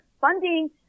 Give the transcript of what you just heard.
funding